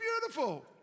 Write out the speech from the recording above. beautiful